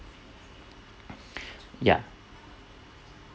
ya